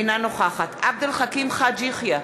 אינה נוכחת עבד אל חכים חאג' יחיא,